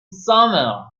summer